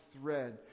thread